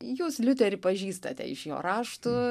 jūs liuterį pažįstate iš jo raštų